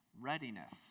readiness